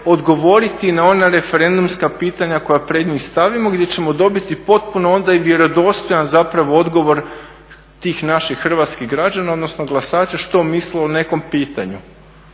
odgovoriti na ona referendumska pitanja koja pred njih stavimo gdje ćemo dobiti potpuno onda i vjerodostojan zapravo odgovor tih naših hrvatskih građana odnosno glasača što misle o nekom pitanju.